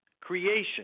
creation